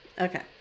okay